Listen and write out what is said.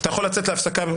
אתה יכול לצאת להפסקה ביוזמתך.